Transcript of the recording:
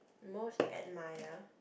most admire